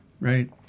Right